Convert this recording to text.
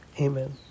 Amen